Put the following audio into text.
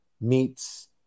meets